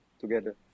together